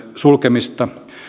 sulkemista